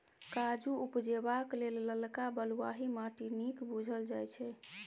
काजु उपजेबाक लेल ललका बलुआही माटि नीक बुझल जाइ छै